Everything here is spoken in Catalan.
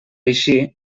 eixir